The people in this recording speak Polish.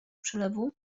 przelewu